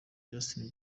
justin